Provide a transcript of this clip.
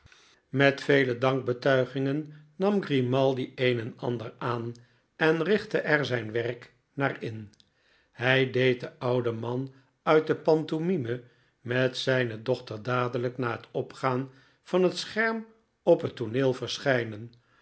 met vele dankbetuigingen nam grimaldi een en ander aan en richtte er zijn werk naar in hij deed den ouden man uit de pantomime met zijne dochter dadelijk na het opgaan van bet scherm op het tooneel verschijnen